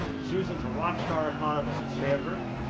susan is a rock star economist at stanford,